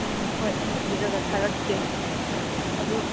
ꯎꯝ ꯍꯣꯏ ꯑꯩꯅ ꯏꯔꯒ ꯊꯥꯔꯛꯀꯦ ꯑꯗꯨ